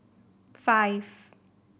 five